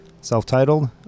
self-titled